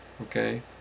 Okay